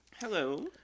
Hello